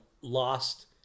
lost